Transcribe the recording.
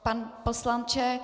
Pane poslanče.